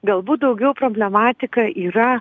galbūt daugiau problematika yra